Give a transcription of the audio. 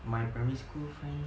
my primary school friends